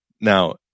Now